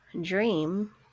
dream